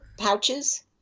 pouches